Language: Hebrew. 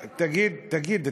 תגיד,